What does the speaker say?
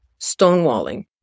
stonewalling